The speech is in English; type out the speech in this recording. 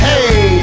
Hey